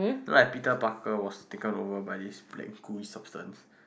like Piter Bucker was taken over by this black grey substances